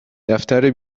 دفتر